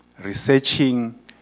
researching